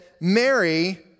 Mary